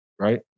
right